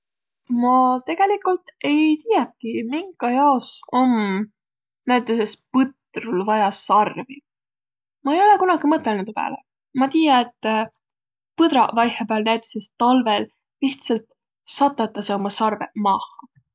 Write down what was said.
Ma tegeligult ei tiiäki, minkajaos om näütüses põtrul vaia sarvi. Ma ei olõq kunagi mõtõlnuq tuu pääle. Ma tiiä, et põdraq vaihõpääl, näütüses talvõl, lihtsält satatasõq umaq sarvõq maaha.